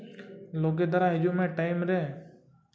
ᱞᱮᱜᱮ ᱫᱷᱟᱨᱟ ᱦᱤᱡᱩᱜ ᱢᱮ ᱴᱟᱭᱤᱢ ᱨᱮ